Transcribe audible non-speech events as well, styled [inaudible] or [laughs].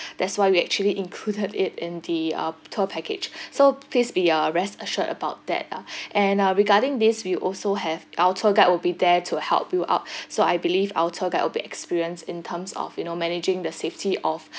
[breath] that's why we actually included [laughs] it in the uh tour package [breath] so please be uh rest assured about that ah [breath] and uh regarding this we also have our tour guide will be there to help you out [breath] so I believe our tour guide will be experienced in terms of you know managing the safety of